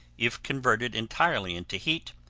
if converted entirely into heat,